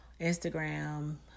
Instagram